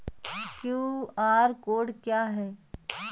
QR code क्या है?